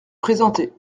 présenté